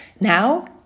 now